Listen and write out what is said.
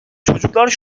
çocuklar